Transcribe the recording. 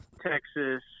Texas